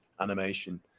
animation